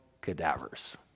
cadavers